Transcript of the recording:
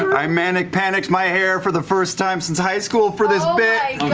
i manic panicked my hair for the first time since high school for this bit!